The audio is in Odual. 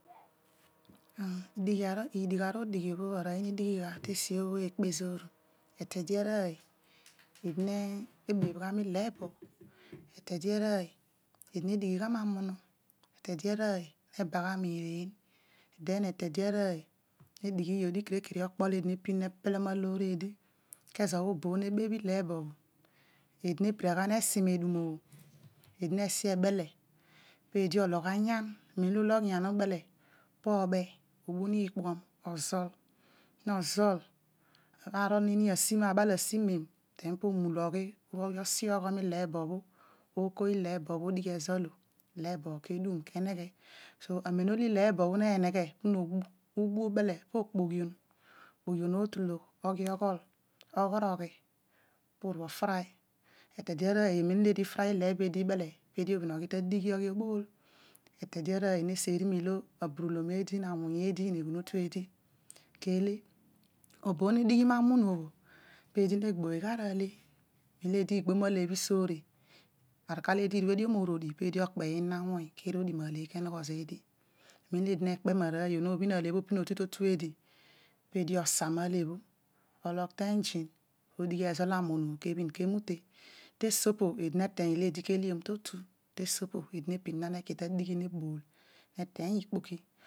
Adigh aro odighi eedi ne dighi gha tesua ekpa ezoor bho ede arooy eedi nebedh gha miloebo etede arooy eedi nedighi gha mamunu elede aroy nebagha miireeny olen etede arooy nedighi odigh kere kere okpo nepelom aloor eedi kezo bho obo bho nebeebh ileebo bho eedi na epira gha ni esi meedum bho eedi esi abele peedi ologh anyan peedi ozol iikpuom obun iikpuom ozol, nozol na rol nin aji mem den po omula oghi, esioyom ileebo bho, ekuom ileebo ke edum ke eneghe so amen olo ileebo blo neneghe po obu, obu ubele po okpoghion, ukpoghion otologh oghi oghol oghoroghi oke ofri, etede arooy negbo male, amem oedi igbo nale isoore, peedi orodi, aru kar olo eedi arue dio morool, peedi okpe inon awuny ke rodi male obho ke nongho zeedi teesi po peedi nedeeny ilo oliom totu, peedi ne pin na neki ta adighi nabool eteeny ikpoki.